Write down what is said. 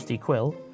Quill